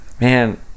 Man